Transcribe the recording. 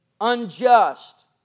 unjust